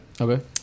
okay